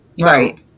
Right